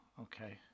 okay